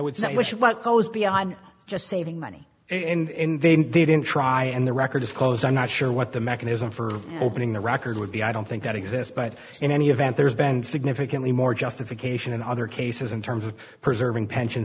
would say with what goes beyond just saving money and they didn't try and the record of cause i'm not sure what the mechanism for opening the record would be i don't think that exists but in any event there's been significantly more justification in other cases in terms of preserving pension